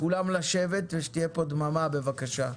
כולם לשבת ושתהיה פה דממה בבקשה.